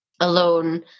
alone